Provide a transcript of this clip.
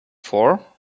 for